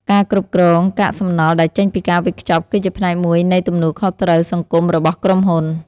ការគ្រប់គ្រងកាកសំណល់ដែលចេញពីការវេចខ្ចប់គឺជាផ្នែកមួយនៃទំនួលខុសត្រូវសង្គមរបស់ក្រុមហ៊ុន។